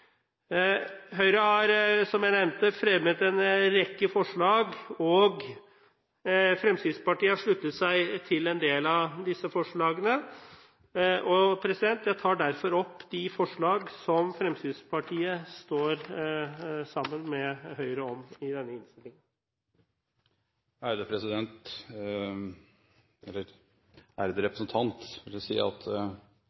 Høyre har, som jeg nevnte, fremmet en rekke forslag, og Fremskrittspartiet har sluttet seg til en del av disse. Jeg tar derfor opp de forslagene som Fremskrittspartiet står sammen med Høyre om i denne innstillingen. Representanten Hans Frode Kielland Asmyhr har da tatt opp de forslagene han refererte til. Ærede